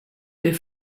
der